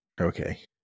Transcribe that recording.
Okay